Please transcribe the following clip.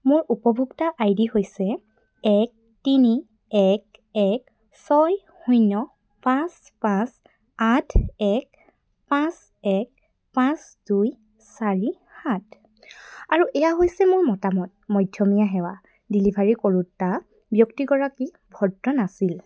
মোৰ উপভোক্তা I D হৈছে এক তিনি এক এক ছয় শূন্য পাঁচ পাঁচ আঠ এক পাঁচ এক পাঁচ দুই চাৰি সাত আৰু এয়া হৈছে মোৰ মতামত মধ্যমীয়া সেৱা ডেলিভাৰী কৰোঁতা ব্যক্তিগৰাকী ভদ্ৰ নাছিল